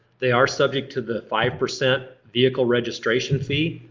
they are subject to the five percent vehicle registration fee.